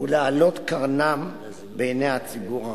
ולהעלות את קרנן בעיני הציבור הרחב.